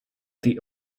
the